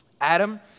Adam